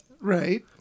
right